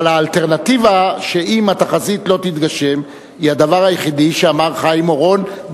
אבל האלטרנטיבה אם התחזית לא תתגשם היא הדבר היחידי שאמר חיים אורון,